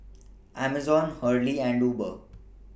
Amazon Hurley and Uber